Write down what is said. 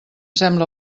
sembla